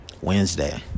Wednesday